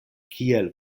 kiel